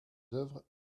œuvres